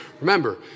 remember